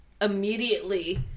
immediately